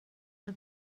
but